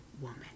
woman